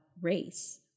race